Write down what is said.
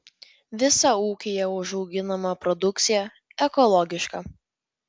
visa ūkyje užauginama produkcija ekologiška